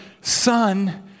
son